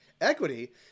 equity